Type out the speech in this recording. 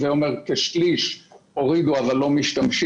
שזה אומר שכשליש הורידו אבל לא משתמשים.